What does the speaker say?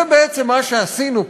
זה בעצם מה שעשינו פה.